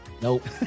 Nope